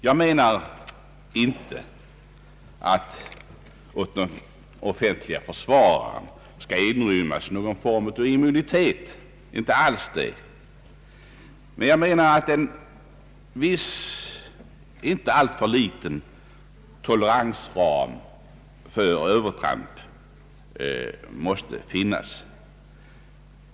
Jag menar inte att för den offentlige försvararen skall gälla någon form av immunitet, men jag anser att en viss inte allför snäv toleransram för övertramp måste finnas.